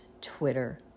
Twitter